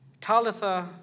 Talitha